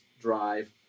drive